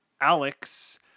Alex